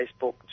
Facebook